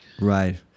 Right